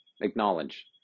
acknowledge